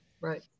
Right